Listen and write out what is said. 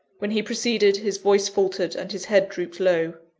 when he proceeded, his voice faltered, and his head drooped low.